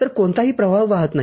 तर कोणताही प्रवाह वाहात नाही